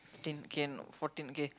fifteen can fourteen okay